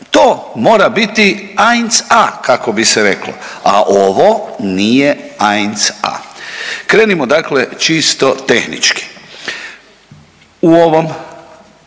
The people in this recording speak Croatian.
To mora biti anjc a kako bi se reklo, a ovo nije anjc a. Krenimo dakle čisto tehnički. U ovom,